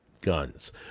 guns